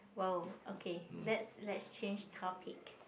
!wow! okay let's let's change topic